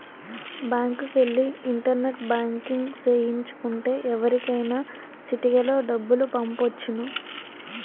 బ్యాంకుకెల్లి internet banking సేయించు కుంటే ఎవరికైనా సిటికలో డబ్బులు పంపొచ్చును